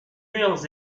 murs